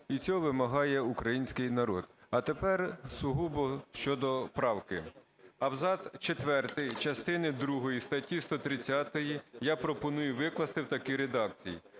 І цього вимагає український народ. А тепер сугубо щодо правки. Абзац четвертий частини другої статті 130 я пропоную викласти в такій редакції: